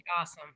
awesome